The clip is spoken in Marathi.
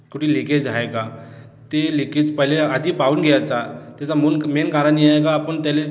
कुठे लिकेज आहे का ते लिकेज पहिले आधी पाहून घ्यायचा त्याचं मूळ मेन कारण हे आहे का आपण त्याले